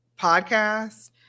podcast